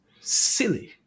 silly